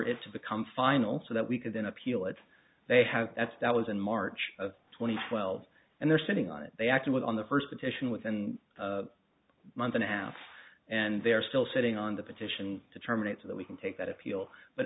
it to become final so that we could then appeal it they have that's that was in march of two thousand and twelve and they're sitting on it they acted with on the first petition within a month and a half and they're still sitting on the petition to terminate so that we can take that appeal but